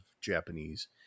Japanese